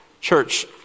Church